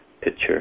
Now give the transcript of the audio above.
picture